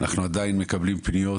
אנחנו עדיין מקבלים פניות,